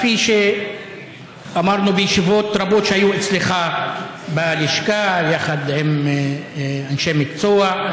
כפי שאמרנו בישיבות רבות שהיו אצלך בלשכה יחד עם אנשי מקצוע,